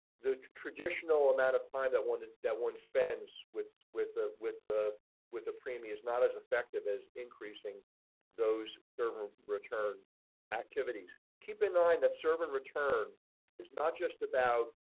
the traditional amount of time that wanted that one spends with with ah with ah with the premiums, not as effective as increasing those ah return activities keep in mind that serve and return is not just about.